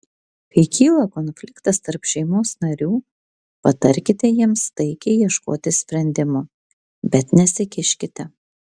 kai kyla konfliktas tarp šeimos narių patarkite jiems taikiai ieškoti sprendimo bet nesikiškite